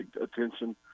attention